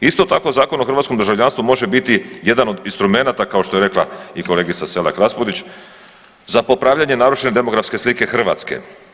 Isto tako, Zakon o hrvatskom državljanstvu može biti jedan od instrumenata, kao što je rekla i kolegica Selak Raspudić, za popravljanje narušene demografske slike Hrvatske.